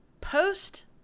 Post